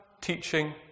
teaching